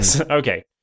Okay